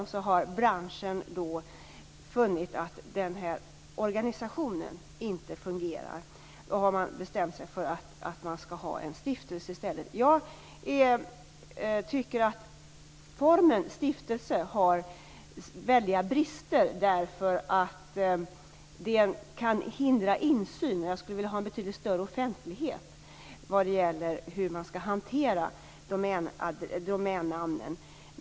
Därför har branschen funnit att denna organisation inte fungerar och bestämt sig för att ha en stiftelse i stället. Jag tycker att formen stiftelse har väldiga brister eftersom den kan hindra insyn. Jag skulle vilja ha en betydligt större offentlighet när det gäller hanteringen av domännamnen.